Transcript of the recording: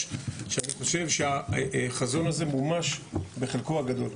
שאני חושב שהחזון הזה מומש בחלקו הגדול.